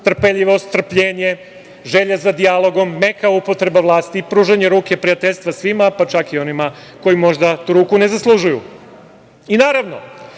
trpeljivost, strpljenje, želja za dijalog, meka upotreba vlasti i pružanje ruke prijateljstva svima, pa čak i onima koji možda tu ruku ne zaslužuju. Naravno,